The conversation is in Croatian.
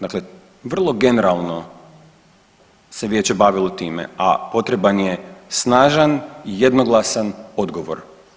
Dakle, vrlo generalno se vijeće bavilo time, a potreban je snažan i jednoglasan odgovor.